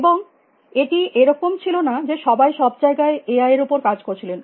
এবং এটি এরকম ছিল না যে সবাই সব জায়গায় এআই এর উপর কাজ করছিলেন